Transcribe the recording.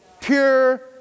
Pure